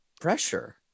pressure